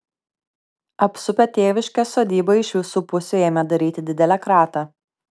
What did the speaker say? apsupę tėviškės sodybą iš visų pusių ėmė daryti didelę kratą